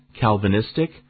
calvinistic